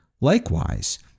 likewise